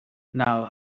now